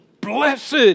blessed